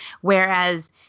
Whereas